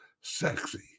sexy